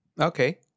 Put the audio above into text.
Okay